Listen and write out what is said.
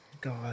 God